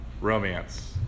romance